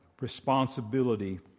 responsibility